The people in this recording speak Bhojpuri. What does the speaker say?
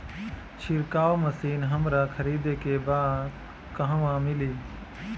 छिरकाव मशिन हमरा खरीदे के बा कहवा मिली?